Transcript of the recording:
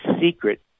secret